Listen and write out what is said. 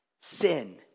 sin